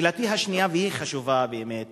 שאלתי השנייה, והיא חשובה באמת: